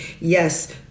Yes